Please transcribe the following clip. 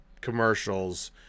commercials